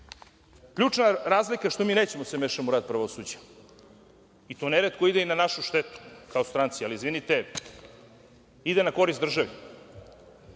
Ključna razlika je što mi nećemo da se mešamo u rad pravosuđa, i to neretko ide i na našu štetu kao stranci, ali izvinite, ide na korist državi.